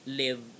live